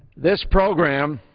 this program